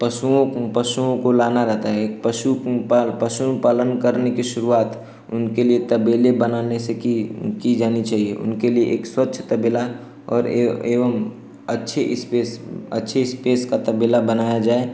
पशुओं को पशुओं को लाना रहता है एक पशु पाल पशु पालन करने की शुरुआत उनके लिए तबेले बनाने से की की जानी चाहिए उनके लिए एक स्वच्छ तबेला और एव एवं अच्छे स्पेस अच्छे स्पेस का तबेला बनाया जाए